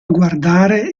guardare